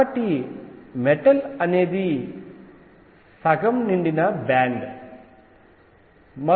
కాబట్టి మెటల్ అనేది సగం నిండిన బ్యాండ్ కలది